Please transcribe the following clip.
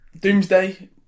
Doomsday